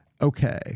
okay